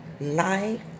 life